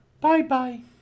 Bye-bye